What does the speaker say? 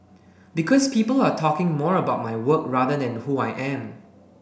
because people are talking more about my work rather than who I am